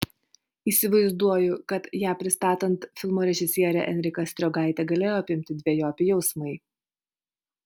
įsivaizduoju kad ją pristatant filmo režisierę enriką striogaitę galėjo apimti dvejopi jausmai